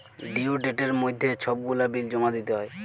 due ডেটের মইধ্যে ছব গুলা বিল জমা দিতে হ্যয়